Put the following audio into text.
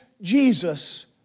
Jesus